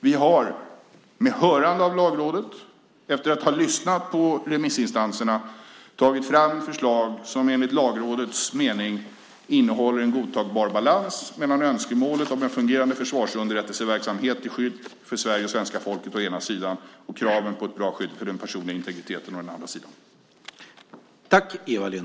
Vi har med hörande av Lagrådet, efter att ha lyssnat på remissinstanserna, tagit fram förslag som enligt Lagrådets mening innehåller en godtagbar balans mellan önskemålet om en fungerande försvarsunderrättelseverksamhet till skydd för Sverige och svenska folket å ena sidan och kraven på ett bra skydd för den personliga integriteten å den andra sidan.